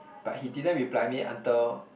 but he didn't reply me until